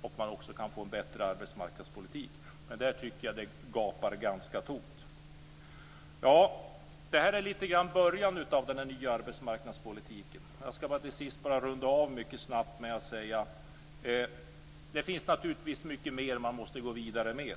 så att man kan få en bättre arbetsmarknadspolitik. Där tycker jag att det gapar ganska tomt. Det här är lite grann början av den nya arbetsmarknadspolitiken. Jag skall till sist runda av med att säga följande. Det finns naturligtvis mycket mer som man måste gå vidare med.